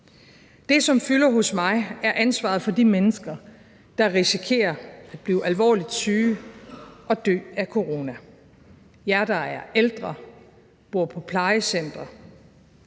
Det, som fylder hos mig, er ansvaret for de mennesker, der risikerer at blive alvorligt syge og dø af corona, jer, der er ældre, bor på plejecentre,